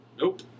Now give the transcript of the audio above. Nope